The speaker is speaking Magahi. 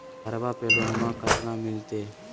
घरबा पे लोनमा कतना मिलते?